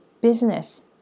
business